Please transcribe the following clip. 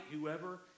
whoever